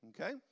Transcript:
okay